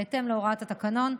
בהתאם להוראות התקנון,